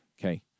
okay